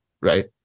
right